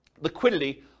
liquidity